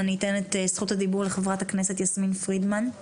אתן את זכות הדיבור לחברת הכנסת יסמין פרידמן,